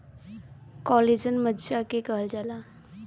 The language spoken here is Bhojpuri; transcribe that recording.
कोलेजन मज्जा के कहल जाला